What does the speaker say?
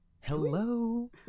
Hello